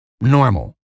normal